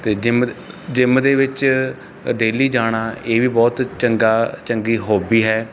ਅਤੇ gym gym ਦੇ ਵਿੱਚ ਡੇਲੀ ਜਾਣਾ ਇਹ ਵੀ ਬਹੁਤ ਚੰਗਾ ਚੰਗੀ ਹੌਬੀ ਹੈ